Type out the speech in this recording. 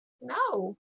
No